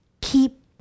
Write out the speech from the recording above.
keep